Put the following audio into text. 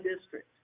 district